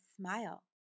smile